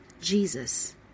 Jesus